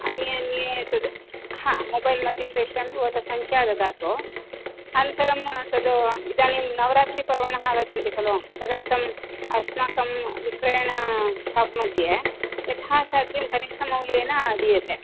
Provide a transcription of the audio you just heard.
अन्येऽन्ये तद् हा मोबैल् मध्ये प्रेषयामि भवतः सङ्ख्या ददातु अनन्तरं तद् इदानीं नवरात्रिपर्वणः आगच्छन्ति खलु तदर्थं अस्माकं विक्रयण शाप् मध्ये यथासाध्यं कनिष्ठमौल्येन दीयते